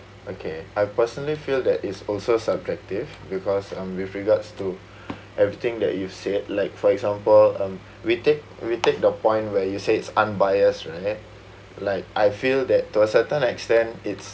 okay I personally feel that it's also subjective because um with regards to everything that you said like for example um we take we take the point where you said it's unbiased right like I feel that to a certain extent it's